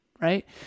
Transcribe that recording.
right